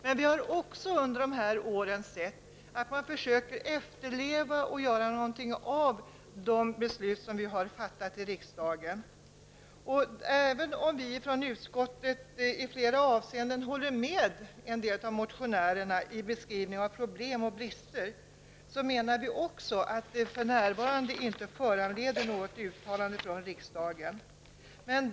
Men vi har också under åren som har gått sett att man försöker efterleva och göra någonting av de beslut som vi har fattat i riksdagen. Även om vi från utskottet i flera avseenden håller med en del av motionärerna när det gäller beskrivningen av problem och brister, menar vi att det för närvarande inte föranleder något uttalande från riksdagen.